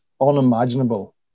unimaginable